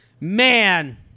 man